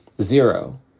zero